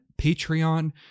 Patreon